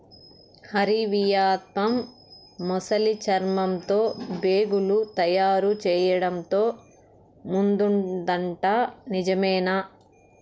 Hari, Vietnam ముసలి చర్మంతో బేగులు తయారు చేయడంతో ముందుందట నిజమేనా